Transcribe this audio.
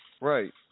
Right